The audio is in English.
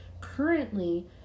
currently